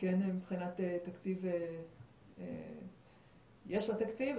שכן מבחינת תקציב יש לה תקציב,